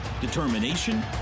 determination